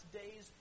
days